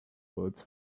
words